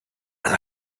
and